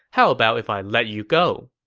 how about if i let you go?